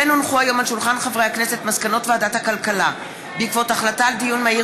כמו כן הונחו היום על שולחן הכנסת מסקנות ועדת הכלכלה בעקבות דיון מהיר